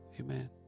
Amen